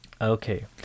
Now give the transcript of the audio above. Okay